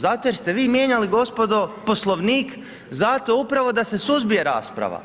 Zato jer ste vi mijenjali gospodo Poslovnik, zato upravo da se suzbije rasprava.